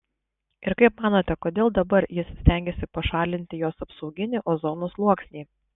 ir kaip manote kodėl dabar jis stengiasi pašalinti jos apsauginį ozono sluoksnį